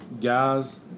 guys